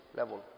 level